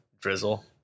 Drizzle